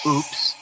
Oops